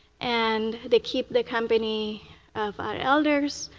and they keep the company of our elders.